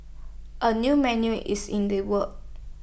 A new menu is in the works